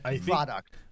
product